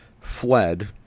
fled